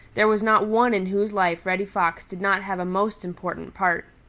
there was not one in whose life reddy fox did not have a most important part.